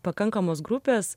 pakankamos grupės